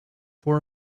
for